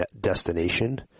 destination